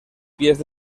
pies